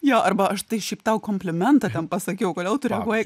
jo arba aš tai šiaip tau komplimentą ten pasakiau kodėl tu reaguoji